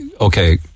okay